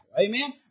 Amen